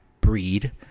breed